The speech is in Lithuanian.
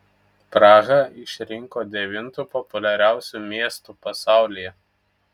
prahą išrinko devintu populiariausiu miestu pasaulyje